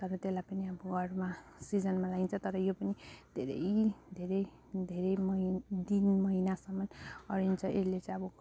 तर त्यसलाई पनि अब अरूमा सिजनमा लगाइन्छ तर यो पनि धेरै धेरै धेरै म दिन महिनासम्म अडिन्छ यसले चाहिँ अब